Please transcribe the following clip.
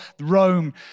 Rome